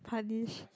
punish